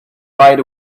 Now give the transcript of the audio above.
right